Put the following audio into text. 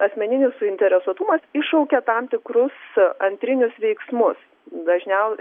asmeninis suinteresuotumas iššaukia tam tikrus antrinius veiksmus dažniau